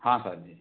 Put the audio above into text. हाँ सर जी